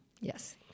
Yes